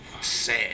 sad